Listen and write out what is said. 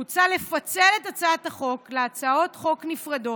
מוצע לפצל את הצעת החוק להצעות חוק נפרדות,